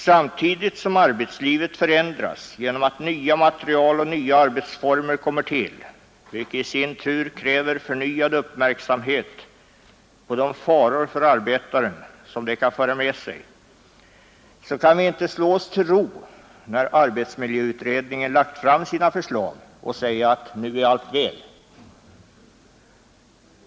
Samtidigt som arbetslivet förändras genom att nya material och nya arbetsformer kommer till, vilka i sin tur kräver förnyad uppmärksamhet på de faror för arbetaren som de kan föra med sig, kan vi inte slå oss till ro och säga att nu är allt väl, när arbetsmiljöutredningen lagt fram sina förslag.